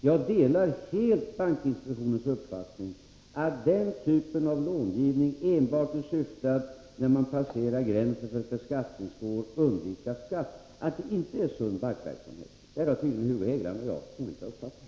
Jag delar helt bankinspektionens uppfattning att den typ av långivning som enbart har till syfte att genom att en person passerar gränsen för ett beskattningsår möjliggöra för vederbörande att undvika beskattning inte är sund bankverksamhet. Där har tydligen Hugo Hegeland och jag olika uppfattning.